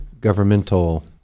governmental